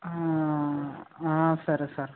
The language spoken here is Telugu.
సరే సార్